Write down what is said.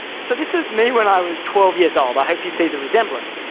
so this is me when i was twelve years old. i hope you see the resemblance.